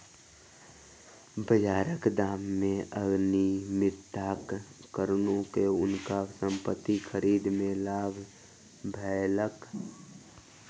बाजारक दाम मे अनियमितताक कारणेँ हुनका संपत्ति खरीद मे लाभ भ गेलैन